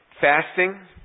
Fasting